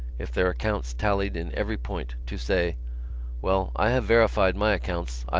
if their accounts tallied in every point to say well, i have verified my accounts.